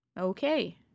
Okay